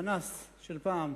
פנס של פעם.